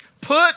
Put